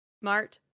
smart